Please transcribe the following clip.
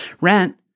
rent